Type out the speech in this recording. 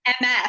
ms